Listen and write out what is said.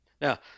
Now